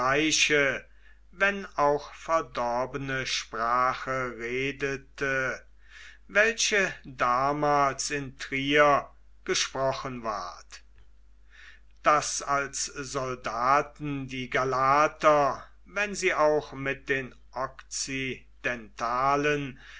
wenn auch verdorbene sprache redete welche damals in trier gesprochen ward daß als soldaten die galater wenn sie auch mit den